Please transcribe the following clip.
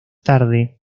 tarde